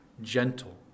gentle